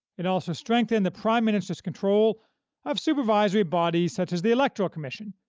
it also strengthened the prime minister's control of supervisory bodies such as the electoral commission,